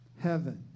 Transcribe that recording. heaven